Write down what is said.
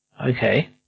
Okay